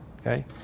okay